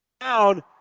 down